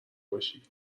باشی